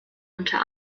unter